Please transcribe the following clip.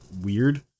weird